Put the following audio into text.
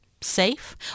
safe